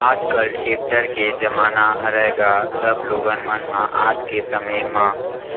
आजकल टेक्टर के जमाना हरय गा सब लोगन मन ह आज के समे म